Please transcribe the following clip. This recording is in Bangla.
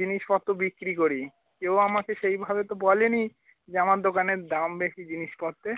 জিনিসপত্র বিক্রি করি কেউ আমাকে সেইভাবে তো বলে নি যে আমার দোকানের দাম বেশি জিনিসপত্রের